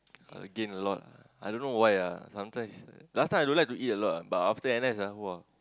uh gain a lot I don't know why ah sometimes last time I don't like to eat a lot ah but after N_S ah !wah!